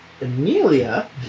Amelia